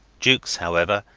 jukes, however,